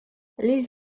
les